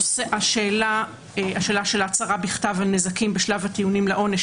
השאלה של הצהרה בכתב על נזקים בשלב הטיעונים לעונש,